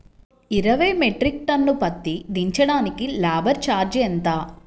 ఇరవై metric ton పత్తి దించటానికి లేబర్ ఛార్జీ ఎంత?